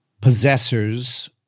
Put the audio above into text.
possessors